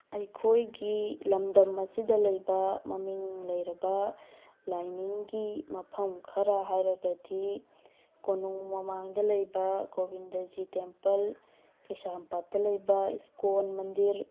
ꯑꯩꯈꯣꯏꯒꯤ ꯂꯝꯗꯝ ꯑꯁꯤꯗ ꯂꯩꯕ ꯃꯃꯤꯡ ꯂꯩꯔꯕ ꯂꯥꯏꯅꯤꯡꯒꯤ ꯃꯐꯝ ꯈꯔ ꯍꯥꯏꯔꯒꯗꯤ ꯀꯣꯅꯨꯡ ꯃꯃꯥꯡꯗ ꯂꯩꯕ ꯒꯣꯕꯤꯟꯗꯖꯤ ꯇꯦꯝꯄꯜ ꯀꯩꯁꯥꯝꯄꯥꯠꯇ ꯂꯩꯕ ꯁ꯭ꯀꯣꯟ ꯃꯟꯗꯤꯔ